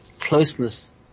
Closeness